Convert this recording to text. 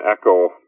echo